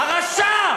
הרשע.